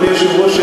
אדוני היושב-ראש,